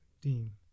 deem